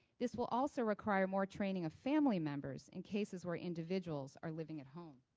this will also require more training of family members in cases where individuals are living at home.